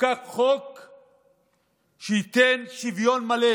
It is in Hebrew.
יחוקק חוק שייתן שוויון מלא